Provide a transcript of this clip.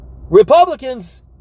Republicans